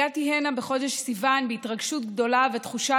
הגעתי הנה בחודש סיוון בהתרגשות גדולה ותחושה